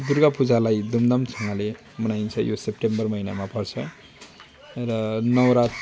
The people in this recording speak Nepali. दुर्गा पूजालाई धुमधामसँगले मनाइन्छ यो सेप्टेम्बर महिनामा पर्छ र नवरात